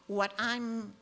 what i'm